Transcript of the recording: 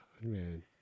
man